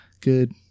good